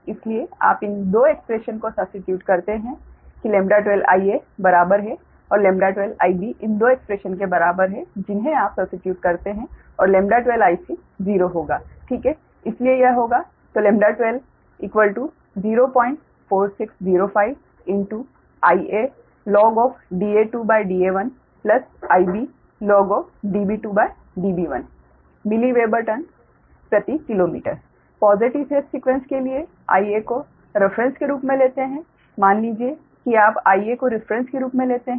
इसलिए आप इन 2 एक्स्प्रेशन्स को सब्स्टीट्यूट करते हैं कि 12Ia बराबर है और 12Ib इन 2 एक्स्प्रेशन्स के बराबर है जिन्हें आप सब्स्टीट्यूट करते हैं और 12Ic 0 होगा ठीक है इसलिए यह होगा 12 04605 Ialog Da2Da1 Iblog Db2Db1 milli weber turns प्रति किलोमीटर पॉजिटिव फेज सीक्वेंस के लिए Ia को रेफरेंस के रूप में लेते हैं मान लीजिए कि आप Ia को रेफरेंस के रूप में लेते हैं